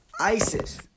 ISIS